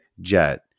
jet